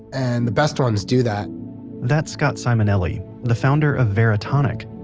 and the best ones do that that's scott simonelli, the founder of veritonic,